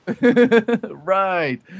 right